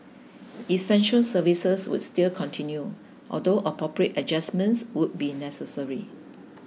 essential services would still continue although appropriate adjustments would be necessary